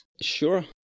Sure